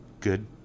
good